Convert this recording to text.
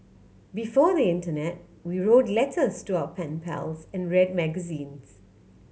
before the internet we wrote letters to our pen pals and read magazines